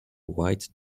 white